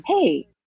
Hey